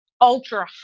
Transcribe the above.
ultra